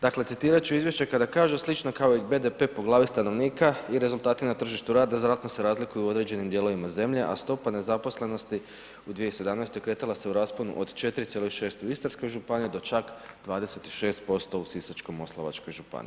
Dakle, citirat ću izvješće kada kaže: „Slično kao i BDP-e po glavi stanovnika i rezultati na tržištu rada znatno se razlikuju u određenim dijelovima zemlje, a stopa nezaposlenosti u 2017. kretala se u rasponu od 4,6 u Istarskoj županiji do čak 26% u Sisačko-moslavačkoj županiji.